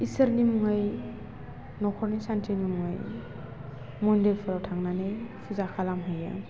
इसोरनि मुङै न'खरनि सान्थिनि मुङै मन्दिरफ्राव थांनानै फुजा खालामहैयो